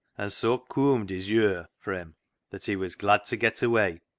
and so cooamed his yure for him that he was glad to get away,